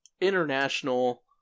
international